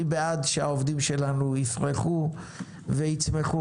אני בעד שהעובדים שלנו יפרחו ויצמחו.